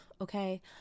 okay